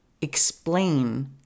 explain